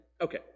Okay